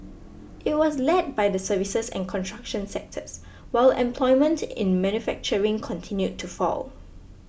it was led by the services and construction sectors while employment in manufacturing continued to fall